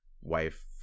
wife